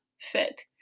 fit